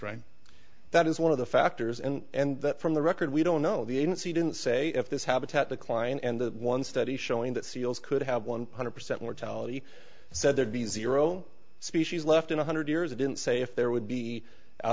right that is one of the factors and that from the record we don't know the agency didn't say if this habitat decline and the one study showing that seals could have one hundred percent mortality said there'd be zero species left in one hundred years i didn't say if there would be out